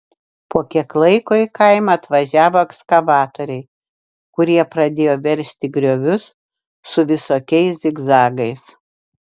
po kiek laiko į kaimą atvažiavo ekskavatoriai kurie pradėjo versti griovius su visokiais zigzagais